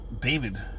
David